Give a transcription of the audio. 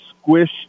squish